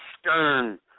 stern